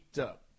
up